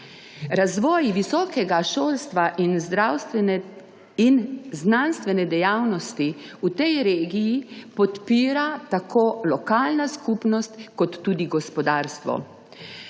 Razvoj visokega šolstva in znanstvene dejavnosti v tej regiji podpira tako lokalna skupnost kot tudi gospodarstvo.